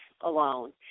alone